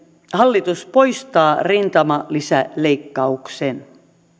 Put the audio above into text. hallitus poistaa rintamalisäleikkauksen